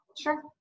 Sure